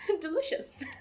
delicious